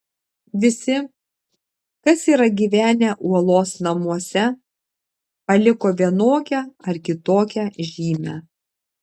visi kas yra gyvenę uolos namuose paliko vienokią ar kitokią žymę